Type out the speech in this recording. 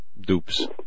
dupes